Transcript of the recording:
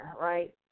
right